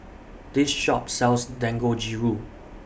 This Shop sells Dangojiru